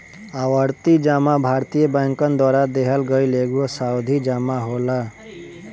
आवर्ती जमा भारतीय बैंकन द्वारा देहल गईल एगो सावधि जमा होला